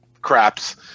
craps